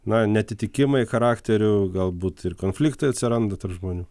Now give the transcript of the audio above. na neatitikimai charakterių galbūt ir konfliktai atsiranda tarp žmonių